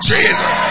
Jesus